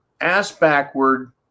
ass-backward